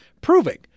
proving